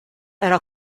era